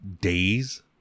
days